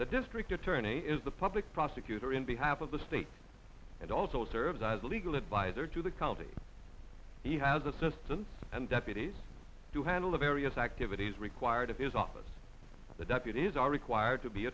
the district attorney is the public prosecutor in behalf of the state and also serves as a legal advisor to the county he has assistants and deputies to handle the various activities required of his office the deputies are required to be